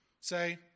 say